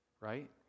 right